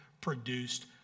produced